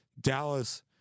Dallas